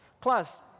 Plus